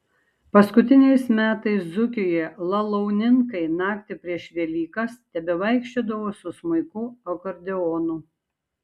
paskutiniais metais dzūkijoje lalauninkai naktį prieš velykas tebevaikščiodavo su smuiku akordeonu